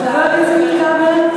חבר הכנסת ראובן ריבלין,